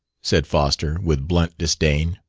said foster, with blunt disdain.